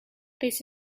this